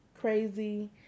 crazy